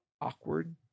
awkward